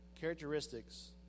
characteristics